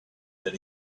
that